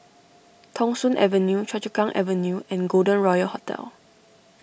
Thong Soon Avenue Choa Chu Kang Avenue and Golden Royal Hotel